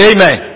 Amen